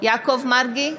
יעקב מרגי,